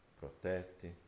protetti